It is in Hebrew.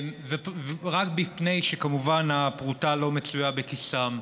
כמובן רק מפני שהפרוטה לא מצויה בכיסם.